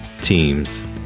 teams